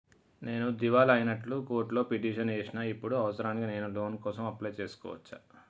నేను దివాలా అయినట్లు కోర్టులో పిటిషన్ ఏశిన ఇప్పుడు అవసరానికి నేను లోన్ కోసం అప్లయ్ చేస్కోవచ్చా?